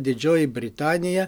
didžioji britanija